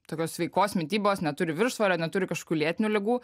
tokios sveikos mitybos neturi viršsvorio neturi kažkokių lėtinių ligų